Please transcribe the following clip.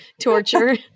torture